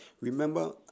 remember